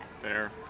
Fair